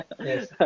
Yes